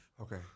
Okay